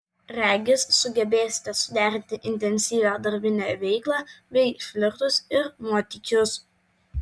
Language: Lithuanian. regis sugebėsite suderinti intensyvią darbinę veiklą bei flirtus ir nuotykius